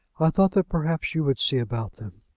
i thought that perhaps you would see about them.